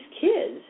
kids